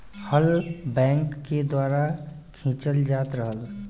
हल बैल के द्वारा खिंचल जात रहल